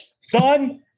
son –